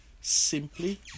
simply